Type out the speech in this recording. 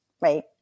Right